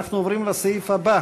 אנחנו עוברים לסעיף הבא: